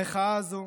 המחאה הזו,